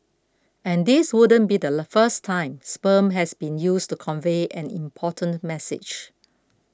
and this wouldn't be the first time sperm has been used to convey an important message